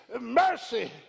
mercy